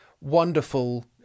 wonderful